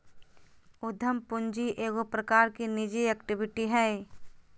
उद्यम पूंजी एगो प्रकार की निजी इक्विटी हइ